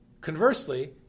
Conversely